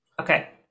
Okay